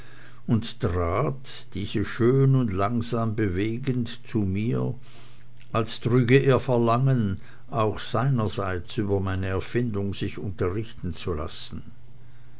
und trat diese schön und langsam bewegend zu mir als trüge er verlangen auch seinerseits über meine erfindung sich unterrichten zu lassen